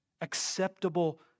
acceptable